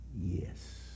Yes